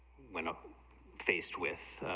when of faced with,